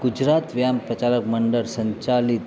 ગુજરાત વ્યાયામ પ્રચારક મંડર દ્વારા સંચાલિત